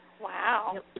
Wow